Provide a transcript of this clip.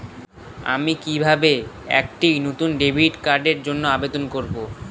আমি কিভাবে একটি নতুন ডেবিট কার্ডের জন্য আবেদন করব?